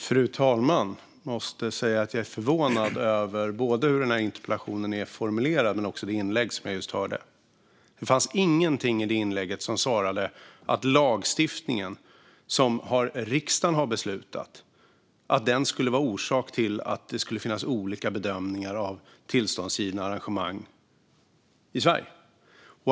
Fru talman! Jag måste säga att jag är förvånad över både hur interpellationen är formulerad och det inlägg som jag just hörde. Det fanns ingenting i det inlägget om att lagstiftningen, som riksdagen har beslutat om, skulle vara orsak till att det kan ha gjorts olika bedömningar för tillståndsgivna arrangemang i Sverige.